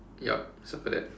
yup circle that